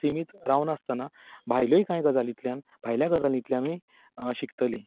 सिमीत राव नासतना भायलोय कांय गजालींतल्यान भायल्या गजालींतल्यानूय शिकतलीं